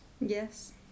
Yes